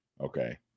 Okay